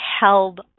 held